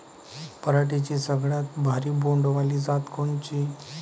पराटीची सगळ्यात भारी बोंड वाली जात कोनची?